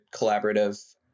collaborative